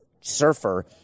surfer